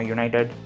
United